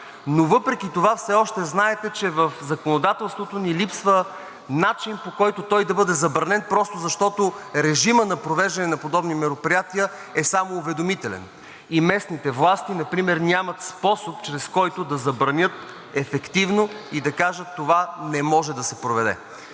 Но въпреки това все още знаете, че в законодателството ни липсва начин, по който да бъде забранен, просто защото режимът на провеждане на подобни мероприятия е само уведомителен и местните власти например нямат способ, чрез който да го забранят ефективно и да кажат: „това не може да се проведе“.